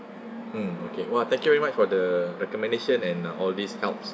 mm okay !wah! thank you very much for the recommendation and uh all these helps